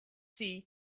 see